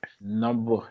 Number